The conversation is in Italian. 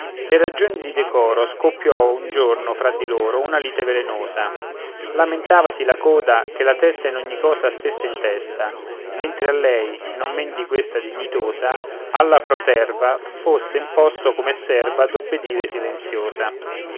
per ragioni di decoro scoppiò un giorno fra di loro una lite velenosa lamentavasi la coda che la testa in ogni cosa stesse in testa mentre a lei non men di questa dignitosa alla proterva fosse imposto come serva d'obbedire silenziosa